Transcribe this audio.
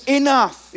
enough